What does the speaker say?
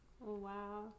Wow